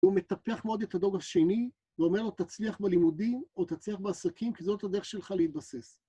הוא מטפח מאוד את הדור השני ואומר לו, תצליח בלימודים או תצליח בעסקים, כי זאת הדרך שלך להתבסס.